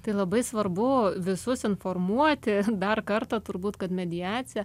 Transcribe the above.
tai labai svarbu visus informuoti dar kartą turbūt kad mediacija